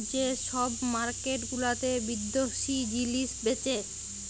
যে ছব মার্কেট গুলাতে বিদ্যাশি জিলিস বেঁচে